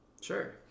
sure